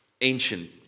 ancient